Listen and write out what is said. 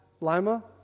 Lima